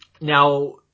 now